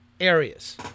areas